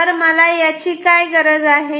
तर मला याची काय गरज आहे